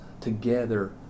together